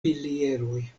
pilieroj